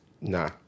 Nah